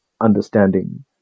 understanding